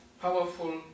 powerful